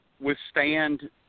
withstand